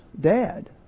dad